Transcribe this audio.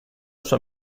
suo